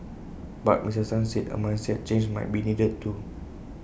but Mister Tan said A mindset change might be needed too